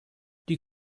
die